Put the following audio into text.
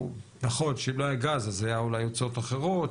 נכון שאם לא היה גז אז היו אולי הוצאות אחרות,